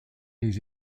les